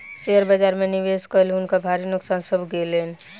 share बाजार में निवेश कय हुनका भारी नोकसान भ गेलैन